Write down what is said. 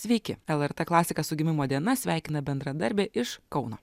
sveiki lrt klasika su gimimo diena sveikina bendradarbę iš kauno